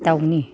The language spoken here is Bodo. दावनि